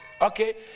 okay